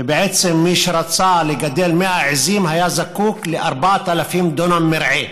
ובעצם מי שרצה לגדל 100 עיזים היה זקוק ל-4,000 דונם מרעה,